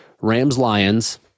Rams-Lions